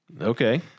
Okay